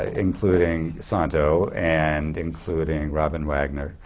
ah including santo and including robin wagner.